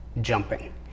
jumping